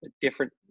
different